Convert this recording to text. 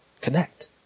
connect